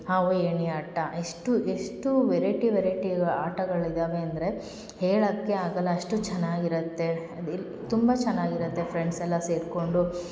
ಹಾವು ಏಣಿ ಆಟ ಎಷ್ಟು ಎಷ್ಟು ವೆರೈಟಿ ವೆರೈಟಿಗೆ ಆಟಗಳು ಇದಾವೆ ಅಂದರೆ ಹೇಳಕ್ಕೆ ಆಗಲ್ಲ ಅಷ್ಟು ಚೆನ್ನಾಗಿರುತ್ತೆ ಅದಿಲ್ಲ ತುಂಬಾ ಚೆನ್ನಾಗಿರುತ್ತೆ ಫ್ರೆಂಡ್ಸ್ ಎಲ್ಲ ಸೇರ್ಕೊಂಡು